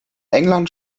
england